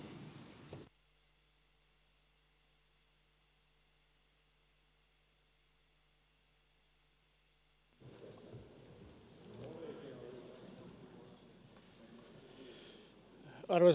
arvoisa herra puhemies